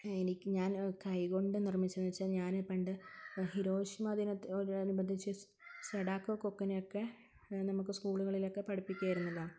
എനിക്ക് ഞാൻ കൈകൊണ്ട് നിർമ്മിച്ചതെന്നു വച്ചാൽ ഞാൻ പണ്ട് ഹിരോഷിമ ദിനത്തോടനുബന്ധിച്ച് സെഡാക്കു കൊക്കിനെയൊക്കെ നമുക്ക് സ്ക്കൂളുകളിലൊക്കെ പഠിപ്പിക്കുമായിരുന്നല്ലോ